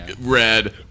red